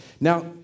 Now